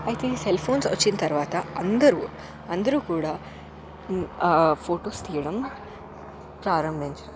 అయితే ఈ సెల్ఫోన్స్ వచ్చిన తరువాత అందరూ అందరూ కూడా ఫొటోస్ తీయడం ప్రారంభించారు